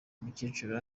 umukecuru